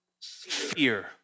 fear